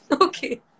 Okay